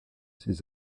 ses